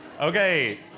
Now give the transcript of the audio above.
Okay